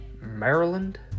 Maryland